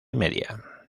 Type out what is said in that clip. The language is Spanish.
media